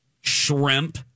shrimp